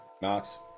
Knox